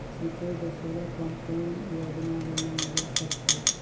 सिंचाई बर solar pump कौन योजना ले मिल सकथे?